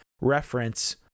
reference